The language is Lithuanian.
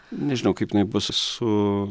nežinau kaip jinai bus su